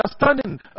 understanding